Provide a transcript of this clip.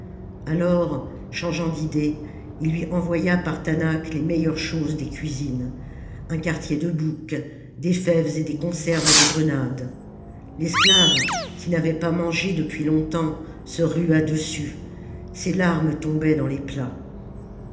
alors changeant d'idée il lui envoya par taanach les meilleures choses des cuisines un quartier de bouc des fèves et des conserves de grenades l'esclave qui n'avait pas mangé depuis longtemps se rua dessus ses larmes tombaient dans les plats